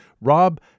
Rob